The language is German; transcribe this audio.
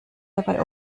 dabei